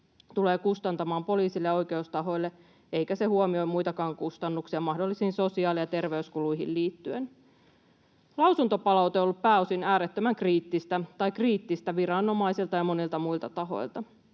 tulee kustantamaan poliisille ja oikeustahoille, eikä se huomioi muitakaan kustannuksia, mahdollisiin sosiaali- ja terveyskuluihin liittyen. Lausuntopalaute on ollut pääosin kriittistä viranomaisilta ja monilta muilta tahoilta.